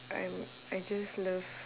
I would I just love